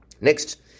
Next